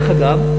דרך אגב,